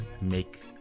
make